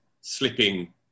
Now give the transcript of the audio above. slipping